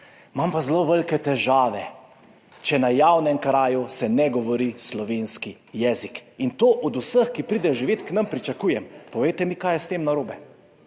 Imam pa zelo velike težave, če se na javnem kraju ne govori slovenskega jezika, in to od vseh, ki pridejo živet k nam, pričakujem. Povejte mi, kaj je s tem narobe?